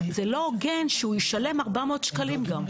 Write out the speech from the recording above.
זה לא הוגן שהוא ישלם 400 שקלים גם.